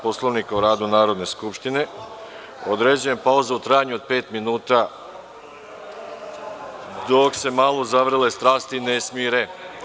Poslovnika o radu Narodne skupštine, određujem pauzu u trajanju od pet minuta, dok se malo uzavrele strasti ne smire.